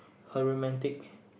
her romantic